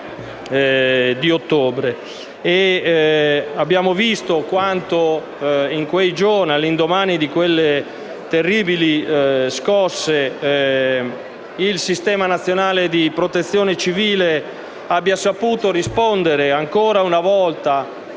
Abbiamo visto quanto, all'indomani di quelle terribili scosse, il sistema nazionale di Protezione civile abbia saputo rispondere ancora una volta